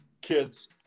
kids